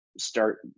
start